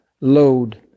load